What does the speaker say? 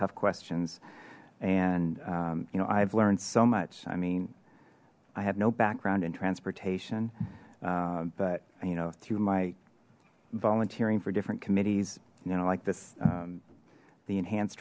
tough questions and you know i've learned so much i mean i have no background in transportation but you know through my volunteering for different committees you know like this the enhanced